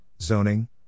zoning